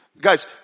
Guys